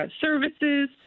services